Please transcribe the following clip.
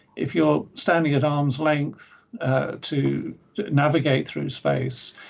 if you're standing at arm's length to navigate through space,